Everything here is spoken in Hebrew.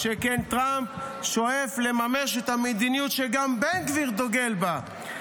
שכן טראמפ שואף לממש את המדיניות שגם בן גביר דוגל בה.